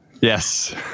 Yes